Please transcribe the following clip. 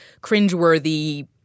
cringeworthy